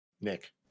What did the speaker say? Nick